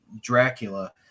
Dracula